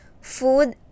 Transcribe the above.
food